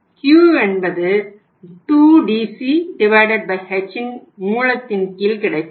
Q என்பது 2DC H இன் மூலத்தின் கீழ் கிடைப்பது